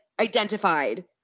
identified